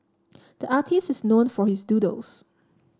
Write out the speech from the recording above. the artist is known for his doodles